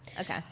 okay